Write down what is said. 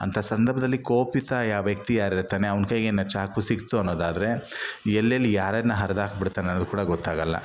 ಅಂಥ ಸಂದರ್ಭದಲ್ಲಿ ಕೋಪಿತ ಯಾವ ವ್ಯಕ್ತಿ ಯಾರಿರ್ತಾನೆ ಅವ್ನು ಕೈಗೆನೇ ಚಾಕು ಸಿಕ್ತು ಅನ್ನೋದಾದರೆ ಎಲ್ಲೆಲ್ಲಿ ಯಾರ್ಯಾರ್ನ ಹರಿದಾಕ್ಬಿಡ್ತಾನೆ ಅದು ಕೂಡ ಗೊತ್ತಾಗಲ್ಲ